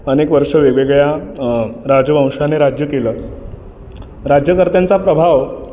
अनेक वर्षं वेगवेगळ्या राजवंशाने राज्य केलं राज्यकर्त्यांचा प्रभाव